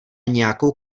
nějakou